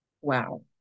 Wow